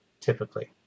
typically